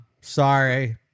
sorry